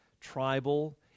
tribal